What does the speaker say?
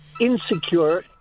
insecure